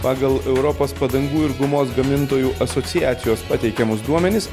pagal europos padangų ir gumos gamintojų asociacijos pateikiamus duomenis